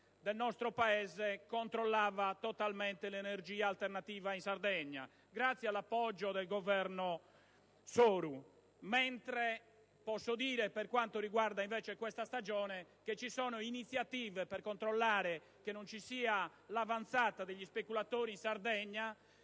del nostro Paese controllava totalmente l'energia alternativa in Sardegna; mentre posso dire, per quanto riguarda invece questa stagione, che vi sono iniziative per controllare che non ci sia un'avanzata degli speculatori in Sardegna,